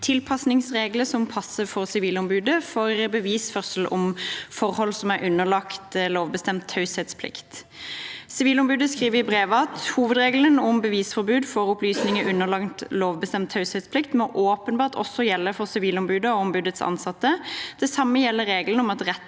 tilpasningsregler som passer for Sivilombudet for bevisførsel om forhold som er underlagt lovbestemt taushetsplikt. Sivilombudet skriver i brevet: «Hovedregelen om bevisforbud for opplysninger underlagt lovbestemt taushetsplikt må åpenbart også gjelde for sivilombudet og ombudets ansatte. Det samme gjelder regelen om at retten